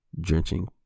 drenching